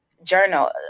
journal